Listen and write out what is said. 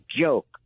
joke